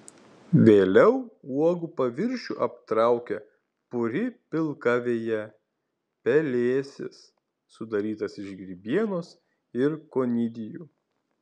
vėliau uogų paviršių aptraukia puri pilka veja pelėsis sudarytas iš grybienos ir konidijų